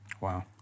Wow